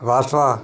Vasava